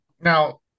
now